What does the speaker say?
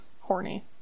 Horny